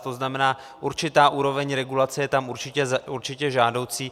To znamená, určitá úroveň regulace je tam určitě žádoucí.